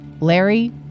Larry